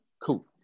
Cool